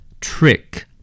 Trick